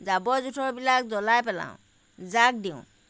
জাবৰ জোথৰবিলাক জ্বলাই পেলাওঁ জাগ দিওঁ